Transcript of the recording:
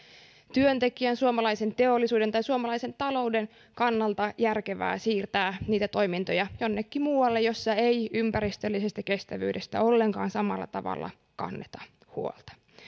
työntekijän suomalaisen teollisuuden tai suomalaisen talouden kannalta järkevää siirtää niitä toimintoja jonnekin muualle missä ei ympäristöllisestä kestävyydestä ollenkaan samalla tavalla kanneta huolta